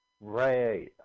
Right